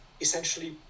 essentially